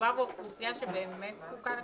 מדובר באוכלוסייה שבאמת זקוקה לכספים.